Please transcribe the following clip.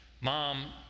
Mom